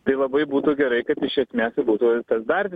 tai labai būtų gerai kad iš esmės būtų tas dar